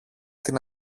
την